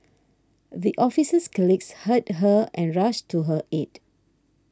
the officer's colleagues heard her and rushed to her aid